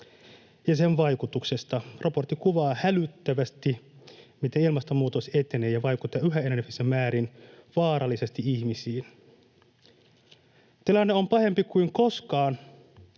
sen vaikutuksista. Raportti kuvaa hälyttävästi, miten ilmastonmuutos etenee ja vaikuttaa yhä enenevissä määrin vaarallisesti ihmisiin. Tilanne on pahempi kuin koskaan.